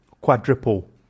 quadruple